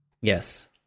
Yes